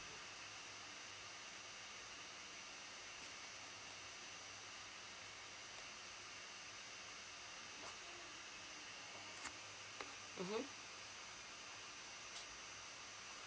mmhmm